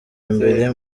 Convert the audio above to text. imbere